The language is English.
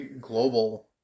global